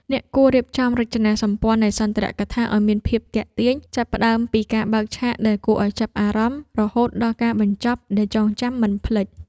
អ្នកគួររៀបចំរចនាសម្ព័ន្ធនៃសន្ទរកថាឱ្យមានភាពទាក់ទាញ ចាប់ផ្ដើមពីការបើកឆាកដែលគួរឱ្យចាប់អារម្មណ៍ រហូតដល់ការបញ្ចប់ដែលចងចាំមិនភ្លេច។